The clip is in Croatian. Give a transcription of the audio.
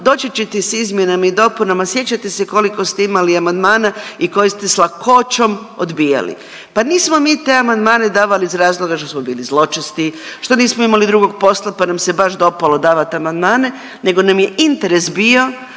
doći ćete s izmjenama i dopunama, sjećate se koliko ste imali amandmana i koje ste s lakoćom odbijali, pa nismo mi te amandmane davali iz razloga što smo bili zločesti, što nismo imali drugog posla, pa nam se baš dopalo davat amandmane nego nam je interes bio